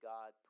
God